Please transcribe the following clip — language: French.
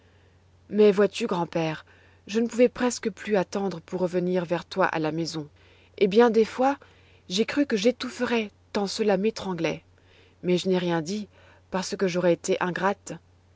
mais vois-tu grand-père je ne pouvais presque plus attendre pour revenir vers toi à la maison et bien des fois j'ai cru que j'étoufferais tant cela m'étranglait mais je n'ai rien dit parce que j'aurais été ingrate